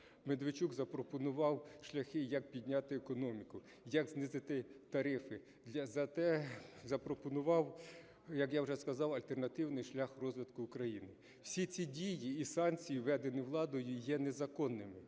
Медведчук запропонував шляхи, як підняти економіку, як знизити тарифи, запропонував, як я вже сказав, альтернативний шлях розвитку України. Всі ці дії і санкції, введені владою, є незаконними.